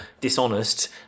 dishonest